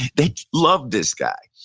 they loved this guy.